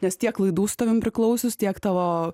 nes tiek laidų su tavim priklausius tiek tavo